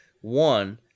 One